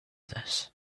this